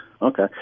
Okay